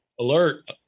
alert